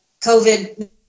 covid